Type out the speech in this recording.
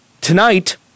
Tonight